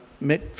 met